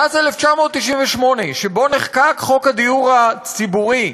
מאז 1998, שבה נחקק חוק הדיור הציבורי,